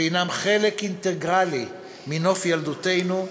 שהם חלק אינטגרלי של נוף ילדותנו,